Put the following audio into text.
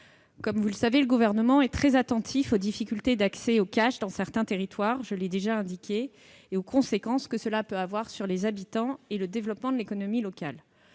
Comme vous le savez, le Gouvernement est très attentif aux difficultés d'accès au cash dans certains territoires- je l'ai déjà indiqué -et aux conséquences que cela peut avoir sur les habitants et le développement de l'économie locale.